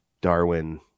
Darwin